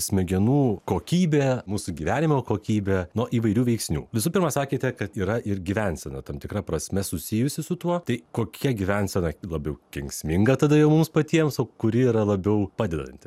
smegenų kokybė mūsų gyvenimo kokybė nuo įvairių veiksnių visų pirma sakėte kad yra ir gyvensena tam tikra prasme susijusi su tuo tai kokia gyvensena labiau kenksminga tada jau mums patiems o kuri yra labiau padedanti